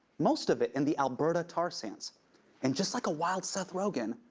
most of it in the alberta tar sands and just like a wild seth rogen,